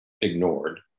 ignored